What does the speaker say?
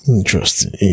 Interesting